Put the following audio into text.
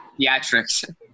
theatrics